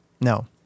No